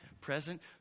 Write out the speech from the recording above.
present